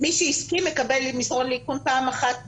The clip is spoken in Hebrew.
מי שהסכים מקבל מסרון לאיכון פעם אחת ביום,